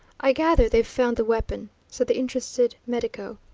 i gather they've found the weapon, said the interested medico.